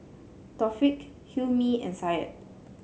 Taufik Hilmi and Syed